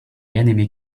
enemy